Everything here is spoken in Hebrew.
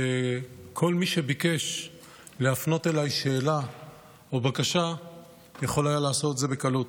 וכל מי שביקש להפנות אליי שאלה או בקשה יכול היה לעשות את זה בקלות.